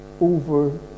over